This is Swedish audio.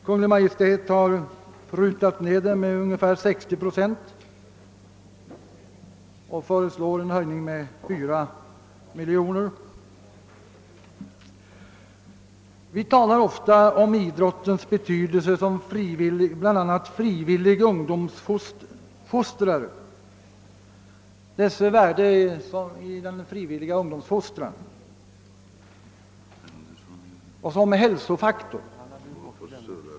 Kungl. Maj:t har prutat ned beloppet med ungefär Vi talar ofta om idrottens värde i den frivilliga ungdomsfostran och som hälsofaktor.